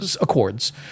Accords